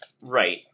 right